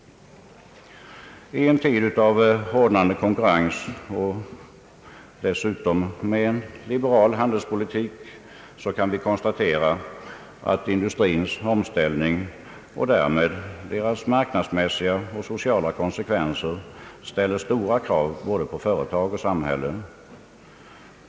I en tid av hårdnande konkurrens och dessutom med en liberal handelspolitik kan vi konstatera att industrins omställning och därmed de marknadsmässiga och sociala konsekvenserna ställer stora krav både på företag och samhälle.